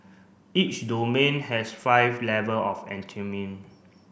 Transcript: each domain has five level of